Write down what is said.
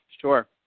Sure